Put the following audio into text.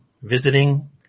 visiting